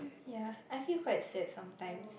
ya I feel quite sad sometimes